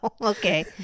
okay